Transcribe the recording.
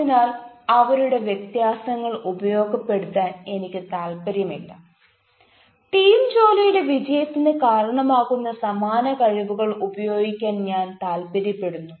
അതിനാൽ അവരുടെ വ്യത്യാസങ്ങൾ ഉപയോഗപ്പെടുത്താൻ എനിക്ക് താൽപ്പര്യമില്ല ടീം ജോലിയുടെ വിജയത്തിന് കാരണമാകുന്ന സമാന കഴിവുകൾ ഉപയോഗിക്കാൻ ഞാൻ താൽപ്പര്യപ്പെടുന്നു